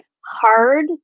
hard